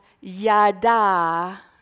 yada